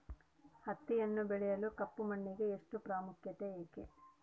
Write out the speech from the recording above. ಹತ್ತಿಯನ್ನು ಬೆಳೆಯಲು ಕಪ್ಪು ಮಣ್ಣಿಗೆ ಹೆಚ್ಚು ಪ್ರಾಮುಖ್ಯತೆ ಏಕೆ?